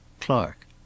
Clark